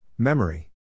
Memory